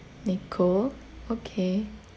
nicole okay